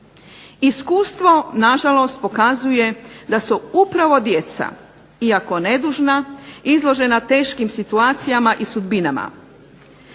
žalost pokazuje da su upravo djeca, iako nedužna, izložena teškim situacijama i sudbinama.